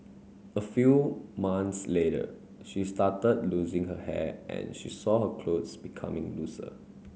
a few months later she started losing her hair and she saw her clothes becoming looser